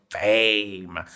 fame